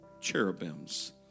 cherubims